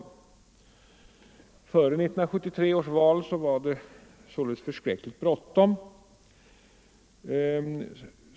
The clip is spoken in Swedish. Före 1973 års val var det således förskräckligt bråttom.